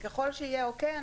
וככל שיהיה אוקיי,